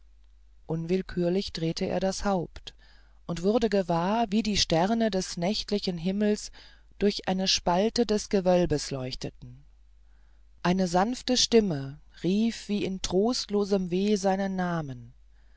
unwillkürlich drehte er das haupt und wurde gewahr wie die sterne des nächtlichen himmels durch eine spalte des gewölbes leuchteten eine sanfte stimme rief wie in trostlosem weh seinen namen